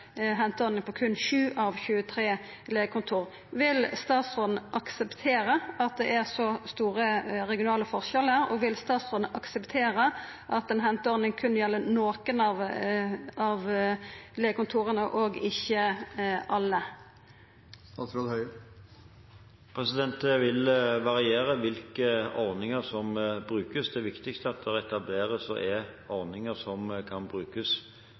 på berre 7 av 23 legekontor. Vil statsråden akseptera at det er så store regionale forskjellar, og vil statsråden akseptera at ei henteordning berre gjeld nokre av legekontora og ikkje alle? Det vil variere hvilke ordninger som brukes. Det er viktigst at det etableres og er ordninger som kan brukes